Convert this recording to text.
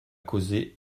causer